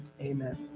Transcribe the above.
amen